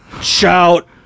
shout